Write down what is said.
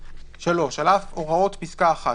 (3)על אף הוראות פסקה (1),